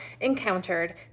encountered